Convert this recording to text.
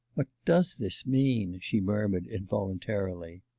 ah does this mean she murmured involuntarily.